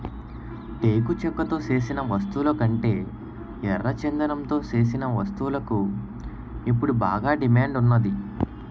టేకు చెక్కతో సేసిన వస్తువులకంటే ఎర్రచందనంతో సేసిన వస్తువులకు ఇప్పుడు బాగా డిమాండ్ ఉన్నాది